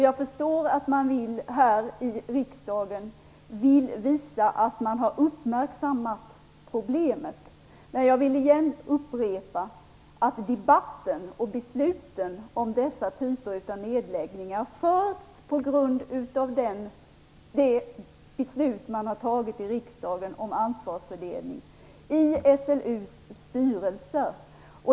Jag förstår att man i riksdagen vill visa att man har uppmärksammat problemet. Jag vill upprepa att debatten om dessa typer av neddragningar förs på grund av de beslut som fattats av riksdagen om ansvarsfördelningen i SLU:s styrelser.